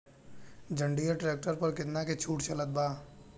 जंडियर tractor पर कितना के छूट चलत बा?